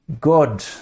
God